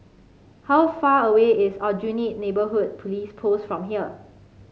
how far away is Aljunied Neighbourhood Police Post from here